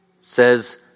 says